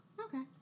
Okay